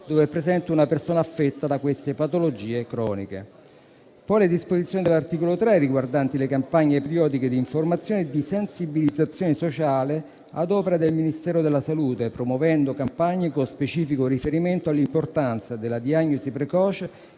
dove è presente una persona affetta da queste patologie croniche. Le disposizioni dell'articolo 3 riguardano le campagne periodiche di informazione e di sensibilizzazione sociale ad opera del Ministero della salute, promuovendo campagne con specifico riferimento all'importanza della diagnosi precoce